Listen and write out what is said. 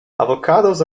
avocados